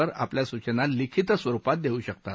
वर आपल्या सूचना लिखित स्वरुपात देऊ शकतात